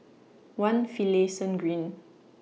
one Finlayson Green